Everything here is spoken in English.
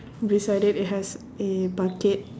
beside it it has a bucket